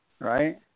Right